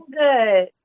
good